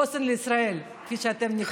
חוסן לישראל, כפי שאתם נקראים.